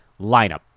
lineup